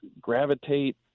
gravitate